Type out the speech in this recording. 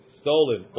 stolen